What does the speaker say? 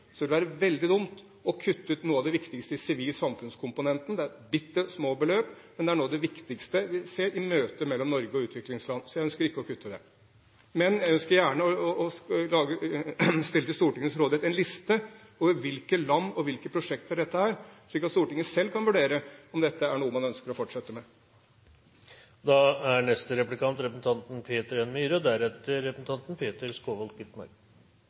vil det være veldig dumt å kutte ut noe av det viktigste i den sivile samfunnskomponenten. Det er bitte små beløp, men det er noe av det viktigste vi ser i møte mellom Norge og utviklingsland. Så jeg ønsker ikke å kutte i det. Men jeg stiller gjerne til Stortingets rådighet en liste over hvilke land og hvilke prosjekter dette er, slik at Stortinget selv kan vurdere om dette er noe man ønsker å fortsette med.